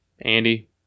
Andy